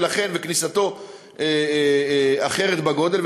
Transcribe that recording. וכניסתו אחרת בגודל,